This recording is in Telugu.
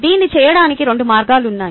దీన్ని చేయడానికి 2 మార్గాలు ఉన్నాయి